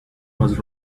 was